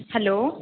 hello